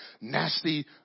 nasty